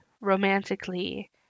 romantically